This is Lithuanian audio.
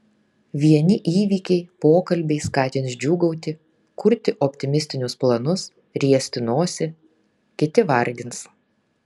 vieni įvykiai pokalbiai skatins džiūgauti kurti optimistinius planus riesti nosį kiti vargins